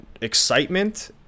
excitement